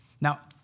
Now